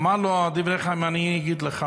אמר לו "הדברי חיים": אני אגיד לך,